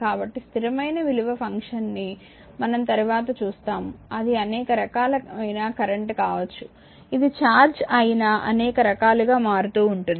కాబట్టి స్థిరమైన విలువైన ఫంక్షన్ ని మనం తరువాత చూస్తాము అది అనేక రకాలైన కరెంట్ కావచ్చు ఇది ఛార్జ్ అయిన అనేక రకాలుగా మారుతూ ఉంటుంది